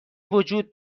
وجود